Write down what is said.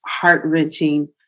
heart-wrenching